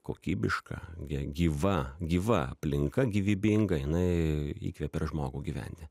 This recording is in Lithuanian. kokybiška gė gyva gyva aplinka gyvybinga jinai įkvepia ir žmogų gyventi